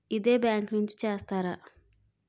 ఇదే బ్యాంక్ నుంచి చేస్తారా?